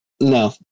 No